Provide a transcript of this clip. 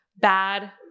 bad